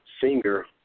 singer